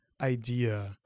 idea